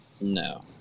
No